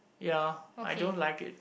ya I don't like it